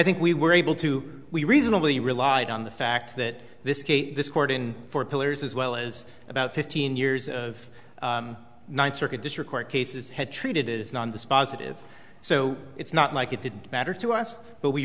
think we were able to we reasonably relied on the fact that this case this court in four pillars as well as about fifteen years of ninth circuit district court cases had treated it is not dispositive so it's not like it didn't matter to us but we